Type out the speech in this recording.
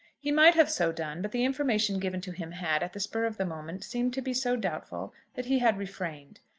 he might have so done, but the information given to him had, at the spur of the moment, seemed to be so doubtful that he had refrained.